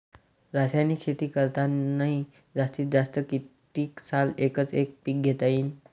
रासायनिक शेती करतांनी जास्तीत जास्त कितीक साल एकच एक पीक घेता येईन?